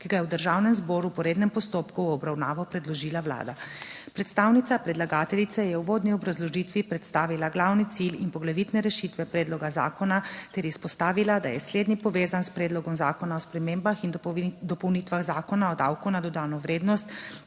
ki ga je v Državnem zboru po rednem postopku v obravnavo predložila Vlada. Predstavnica predlagateljice je v uvodni obrazložitvi predstavila glavni cilj in poglavitne rešitve predloga zakona ter izpostavila, da je slednji povezan s predlogom zakona o spremembah in dopolnitvah Zakona o davku na dodano vrednost,